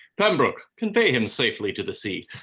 pembroke, convey him safely to the sea,